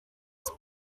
its